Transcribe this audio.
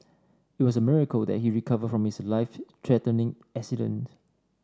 it was a miracle that he recovered from his life threatening accident